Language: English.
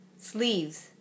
Sleeves